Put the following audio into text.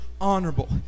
honorable